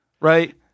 right